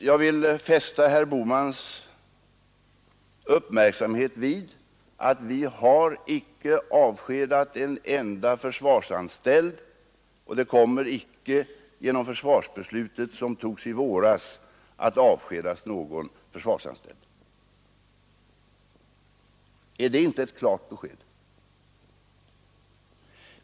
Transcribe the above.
Jag vill fästa herr Bohmans uppmärksamhet på att vi icke har avskedat en enda försvarsanställd och att det icke genom det försvarsbeslut som togs i våras kommer att avskedas någon försvarsanställd. Är det inte ett klart besked?